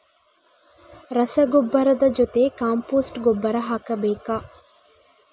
ರಸಗೊಬ್ಬರದ ಜೊತೆ ಕಾಂಪೋಸ್ಟ್ ಗೊಬ್ಬರ ಹಾಕಬೇಕಾ?